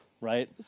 Right